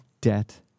debt